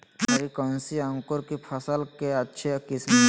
हरी कौन सी अंकुर की फसल के अच्छी किस्म है?